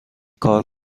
کار